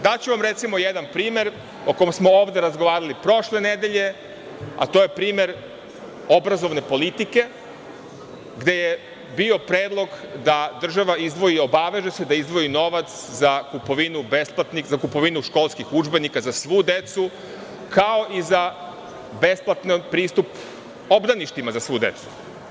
Daću vam, recimo, jedan primer o kojem smo ovde razgovarali prošle nedelje, a to je primer obrazovne politike, gde je bio predlog da država izdvoji, obaveže se da izdvoji novac za kupovinu školskih udžbenika za svu decu, kao i za besplatan pristup obdaništima za svu decu.